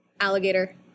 Alligator